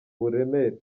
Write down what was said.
buremere